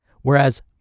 whereas